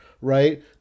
right